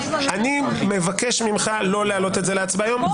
אני מבקש ממך לא להעלות את זה להצבעה היום,